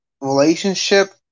relationship